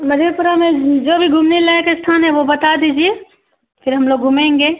मधेपुरा में जो भी घूमने लायक स्थान है वह बता दीजिए फिर हम लोग घूमेंगे